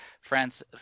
france